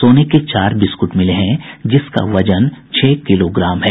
सोने के चार बिस्कुट मिले हैं जिसका वजन छह किलोग्राम है